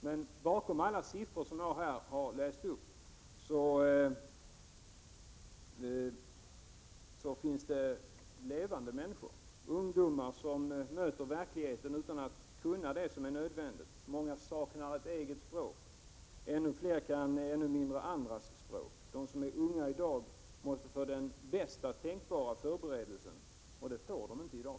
Men bakom alla siffror som jag har läst upp finns det levande människor, ungdomar som möter verkligheten utan att kunna det som är nödvändigt. Många saknar ett eget språk. Ännu fler kan än mindre andras språk. De som är unga i dag måste få den bästa tänkbara förberedelsen — det får de inte i dag.